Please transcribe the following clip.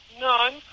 None